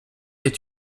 est